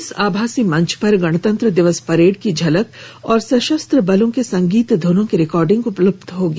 इस आभासी मंच पर गणतंत्र दिवस परेड की झलक और सशस्त्र बलों के संगीत ध्रनों की रिकॉर्डिंग उपलब्ध होंगी